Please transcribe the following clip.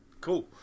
Cool